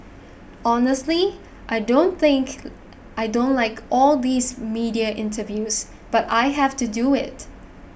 honestly I don't think I don't like all these media interviews but I have to do it